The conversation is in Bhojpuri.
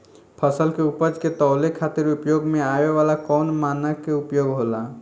फसल के उपज के तौले खातिर उपयोग में आवे वाला कौन मानक के उपयोग होला?